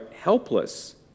helpless